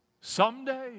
Someday